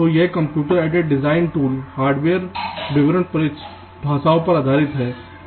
तो यह computer aided design tool hardware विवरण भाषाओं पर आधारित हैं